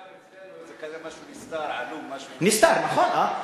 חג'אב אצלנו זה כזה משהו נסתר, עלום, נסתר, נכון.